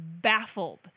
baffled